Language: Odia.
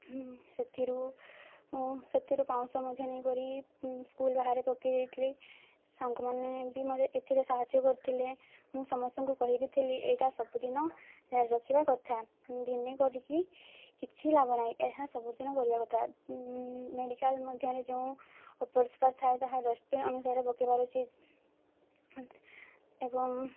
ସେଥିରୁ ମୁଁ ସେଥିରୁ ପାଉଁଶ ମଧ୍ୟ ନେଇକରି ସ୍କୁଲ୍ ବାହାରେ ପକାଇ ଦେଇଥିଲି ସାଙ୍ଗମାନେ ବି ମୋତେ ଏଥିରେ ସାହାଯ୍ୟ କରିଥିଲେ ମୁଁ ସମସ୍ତଙ୍କୁ କହିବି ଥିଲି ଏଇଟା ସବୁଦିନ ରଖିବା କଥା ଦିନେ କରିକି କିଛି ଲାଭ ନାହିଁ ଏହା ସବୁଦିନ କରିବା କଥା ମେଡ଼ିକାଲ୍ ମଧ୍ୟରେ ଯେଉଁ ଅପରିଷ୍କାର ଥାଏ ତାହା ଡଷ୍ଟବିନ୍ ଅନୁସାରେ ପକାଇ ପାରୁଛି ଏବଂ